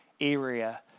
area